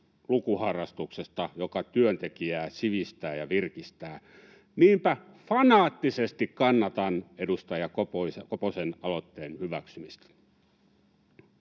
lukuharrastuksesta, joka työntekijää sivistää ja virkistää. Niinpä fanaattisesti kannatan edustaja Koposen aloitteen hyväksymistä.